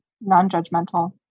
non-judgmental